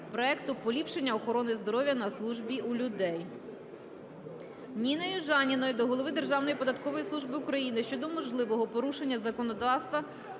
проекту "Поліпшення охорони здоров'я на службі у людей". Ніни Южаніної до голови Державної податкової служби України щодо можливого порушення законодавства